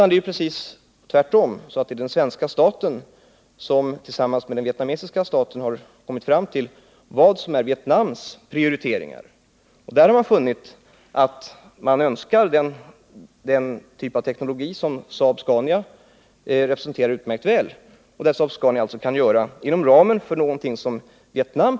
Det är precis tvärtom: att den svenska staten tillsammans med den vietnamesiska staten har kommit fram till vad som är Vietnams prioriteringar. I Vietnam har man funnit att man önskar den typ av teknologi som Saab-Scania utmärkt väl representerar. Saab-Scania kan alltså göra någonting inom ramen för vad Vietnam prioriterar starkt.